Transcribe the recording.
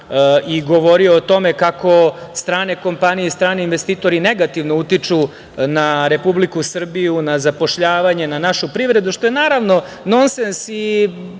i govorio o tome kako strane kompanije i strani investitori negativno utiču na Republike Srbiju, na zapošljavanje, na našu privredu što je, naravno, nonsens i